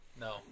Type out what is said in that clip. No